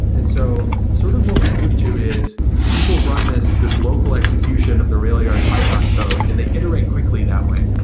and so, sort of what we moved to is people run this this local execution of the railyard python code and they iterate quickly that way.